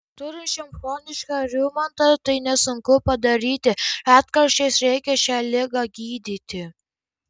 turinčiam chronišką reumatą tai nesunku padaryti retkarčiais reikia šią ligą gydyti